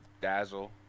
dazzle